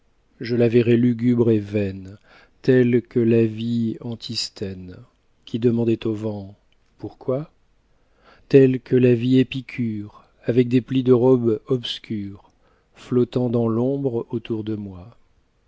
je la verrai lugubre et vaine telle que la vit antisthène qui demandait aux vents pourquoi telle que la vit épicure avec des plis de robe obscure flottant dans l'ombre autour de moi